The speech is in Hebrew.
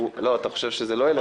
אתה חושב שזה לא ילך.